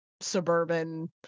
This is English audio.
suburban